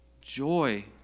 joy